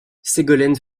ségolène